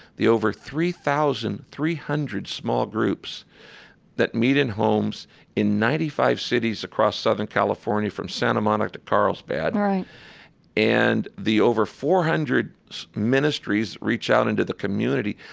the over three thousand three hundred small groups that meet in homes in ninety five cities across southern california from santa monica to carlsbad right and the over four hundred ministries reach out into the community.